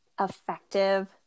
effective